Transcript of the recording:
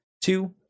two